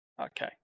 Okay